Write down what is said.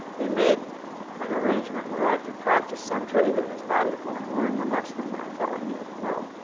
they made an arrangement where i could practice some trade that was valuable. and i'd learn the next one that i thought i needed to know.